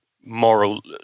moral